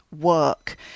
work